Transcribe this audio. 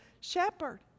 Shepherd